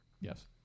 Yes